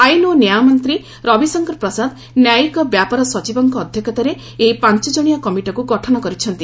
ଆଇନ ଓ ନ୍ୟାୟ ମନ୍ତ୍ରୀ ରବୀଶଙ୍କର ପ୍ରସାଦ ନ୍ୟାୟିକ ବ୍ୟାପାର ସଚିବଙ୍କ ଅଧ୍ୟକ୍ଷତାରେ ଏହି ପାଞ୍ଚ ଜଣିଆ କମିଟିକୁ ଗଠନ କରିଛନ୍ତି